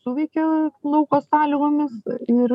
suveikia lauko sąlygomis ir